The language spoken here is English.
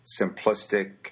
simplistic